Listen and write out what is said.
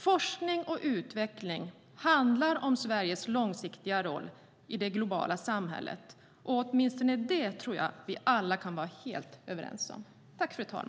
Forskning och utveckling handlar om Sveriges långsiktiga roll i det globala samhället. Det tror jag att vi alla kan vara överens om.